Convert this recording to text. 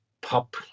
pop